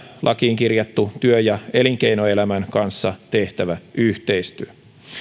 lakiin kirjattu työ ja elinkeinoelämän kanssa tehtävä yhteistyö